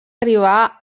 arribar